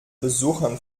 besuchern